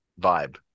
vibe